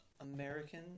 American